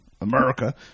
America